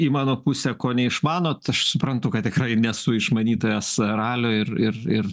į mano pusę ko neišmanot aš suprantu kad tikrai nesu išmanytojas ralio ir ir ir